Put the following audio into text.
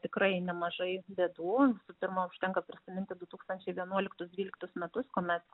tikrai nemažai bėdų su pirma užtenka prisiminti du tūkstančiai vienuoliktus dvyliktus metus kuomet